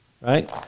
Right